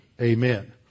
Amen